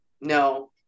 No